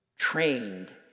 trained